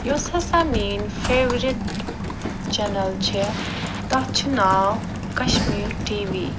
یۄس ہَسا میٛٲنۍ فٮ۪ورِٹ چنل چھِ تتھ چھُ ناو کشمیٖر ٹی وی